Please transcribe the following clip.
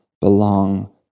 belong